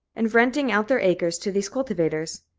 and renting out their acres to these cultivators.